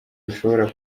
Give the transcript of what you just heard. rushobora